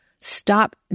stop